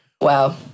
Wow